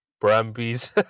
Brumbies